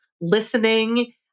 listening